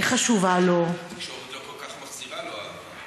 היא חשובה לו, התקשורת לא כל כך מחזירה לו אהבה.